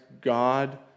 God